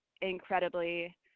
incredibly